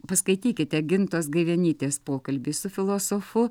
paskaitykite gintos gaivenytės pokalbį su filosofu